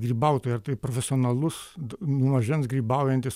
grybautojai ar tai profesionalus nuo mažens grybaujantis